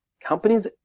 Companies